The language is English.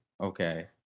okay